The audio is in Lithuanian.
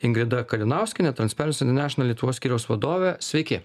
ingrida kalinauskienė transparency international lietuvos skyriaus vadovė sveiki